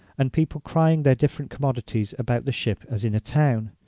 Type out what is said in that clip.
and people crying their different commodities about the ship as in a town.